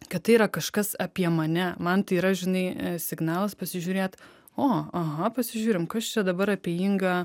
kad tai yra kažkas apie mane man tai yra žinai signalas pasižiūrėt o aha pasižiūrim kas čia dabar apie ingą